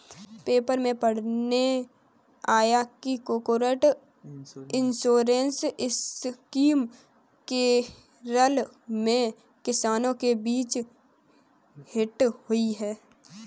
paper में पढ़ने आया कि कोकोनट इंश्योरेंस स्कीम केरल में किसानों के बीच हिट हुई है